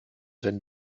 wenn